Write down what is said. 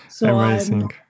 Amazing